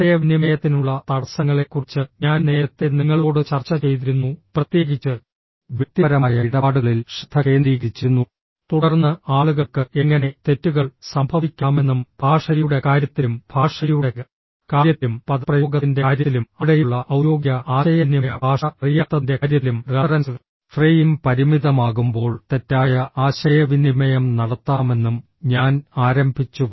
ആശയവിനിമയത്തിനുള്ള തടസ്സങ്ങളെക്കുറിച്ച് ഞാൻ നേരത്തെ നിങ്ങളോട് ചർച്ച ചെയ്തിരുന്നു പ്രത്യേകിച്ച് വ്യക്തിപരമായ ഇടപാടുകളിൽ ശ്രദ്ധ കേന്ദ്രീകരിച്ചിരുന്നു തുടർന്ന് ആളുകൾക്ക് എങ്ങനെ തെറ്റുകൾ സംഭവിക്കാമെന്നും ഭാഷയുടെ കാര്യത്തിലും ഭാഷയുടെ കാര്യത്തിലും പദപ്രയോഗത്തിന്റെ കാര്യത്തിലും അവിടെയുള്ള ഔദ്യോഗിക ആശയവിനിമയ ഭാഷ അറിയാത്തതിന്റെ കാര്യത്തിലും റഫറൻസ് ഫ്രെയിം പരിമിതമാകുമ്പോൾ തെറ്റായ ആശയവിനിമയം നടത്താമെന്നും ഞാൻ ആരംഭിച്ചു